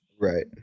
Right